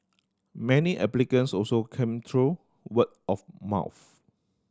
many applicants also came through word of mouth